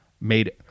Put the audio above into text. made